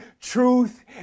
Truth